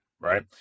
Right